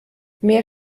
mehr